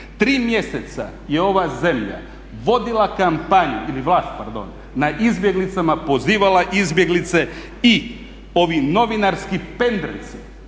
Tri mjeseca je ova zemlja vodila kampanju, ili vlast pardon, na izbjeglicama, pozivala izbjeglice i ovi novinarski pendreci